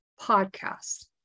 podcast